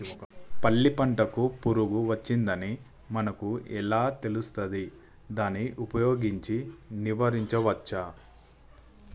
పల్లి పంటకు పురుగు వచ్చిందని మనకు ఎలా తెలుస్తది దాన్ని ఉపయోగించి నివారించవచ్చా?